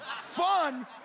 fun